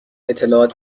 اطلاعات